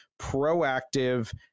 proactive